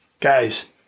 guys